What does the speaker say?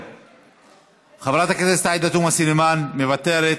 חברת הכנסת עאידה תומא סלימאן, מוותרת,